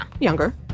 younger